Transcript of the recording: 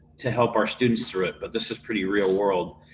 to help our students through it, but this is pretty real world.